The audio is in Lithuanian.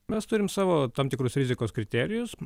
mes turim savo tam tikrus rizikos kriterijus